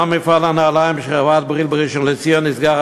גם מפעל הנעליים של חברת "בריל" בראשון-לציון נסגר,